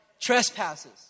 trespasses